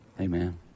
Amen